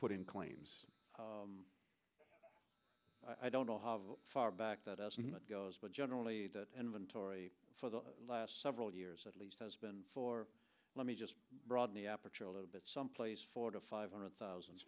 put in claims i don't know how far back that estimate goes but generally that inventory for the last several years at least has been for let me just broaden the aperture a little bit some place four to five hundred thousand